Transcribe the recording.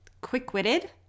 quick-witted